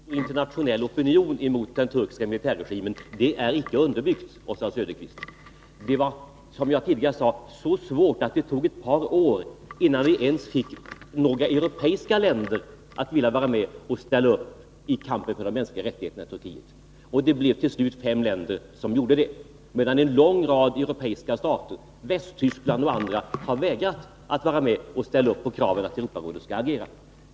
Fru talman! Påståendet att det finns en stark internationell opinion mot den turkiska militärregimen är icke underbyggt, Oswald Söderqvist. Det var så svårt, som jag tidigare sade, att det tog ett par år innan vi ens fick några europeiska länder att ställa upp i kampen för de mänskliga rättigheterna i Turkiet. Det blev till slut fem länder som gjorde det, medan en lång rad europeiska stater, bl.a. Västtyskland, har vägrat att vara med och ställa upp för kravet att Europarådet skall agera.